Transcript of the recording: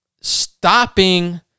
stopping